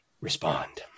respond